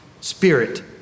spirit